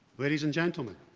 ladies and gentlemen,